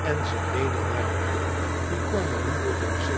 en ze reden naar den dom dien cornélie wilde